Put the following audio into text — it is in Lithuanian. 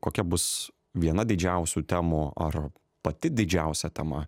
kokia bus viena didžiausių temų ar pati didžiausia tema